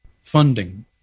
funding